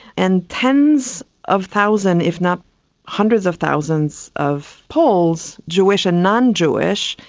and tens of thousands, if not hundreds of thousands of poles, jewish and non-jewish,